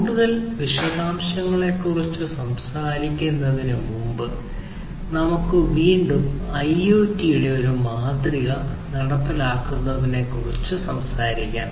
കൂടുതൽ വിശദാംശങ്ങളെക്കുറിച്ച് സംസാരിക്കുന്നതിന് മുമ്പ് നമുക്ക് വീണ്ടും ഐഒടിയുടെ ഒരു മാതൃക നടപ്പാക്കലിനെക്കുറിച്ച് സംസാരിക്കാം